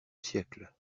siècle